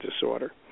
disorder